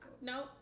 No